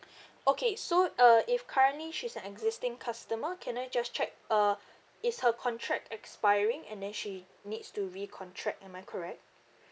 okay so uh if currently she's an existing customer can I just check uh is her contract expiring and then she needs to recontract am I correct